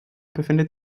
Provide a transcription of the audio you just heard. befindet